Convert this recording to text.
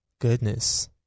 Goodness